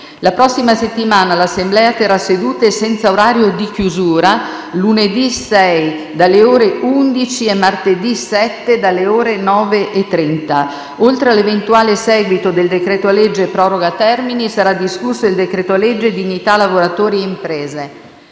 La prossima settimana l'Assemblea terrà sedute, senza orario di chiusura, lunedì 6 dalle ore 11 e martedì 7 dalle ore 9,30. Oltre all'eventuale seguito del decreto-legge proroga termini, sarà discusso il decreto-legge dignità lavoratori e imprese.